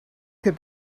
could